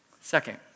second